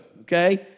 okay